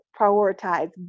prioritize